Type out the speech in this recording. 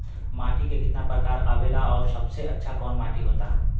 माटी के कितना प्रकार आवेला और सबसे अच्छा कवन माटी होता?